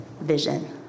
vision